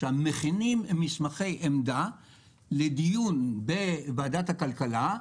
היינו מכינים מסמכי עמדה לדיון בוועדת הכלכלה,